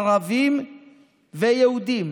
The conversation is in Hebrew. ערבים ויהודים